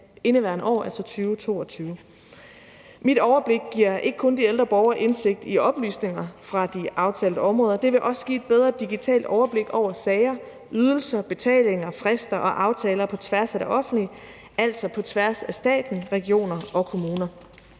indeværende år, altså 2022. Mit Overblik giver ikke kun de ældre borgere indsigt i oplysninger fra de aftalte områder; det vil også give et bedre digitalt overblik over sager, ydelser, betalinger, frister og aftaler på tværs af det offentlige, altså på tværs af stat, regioner og kommuner.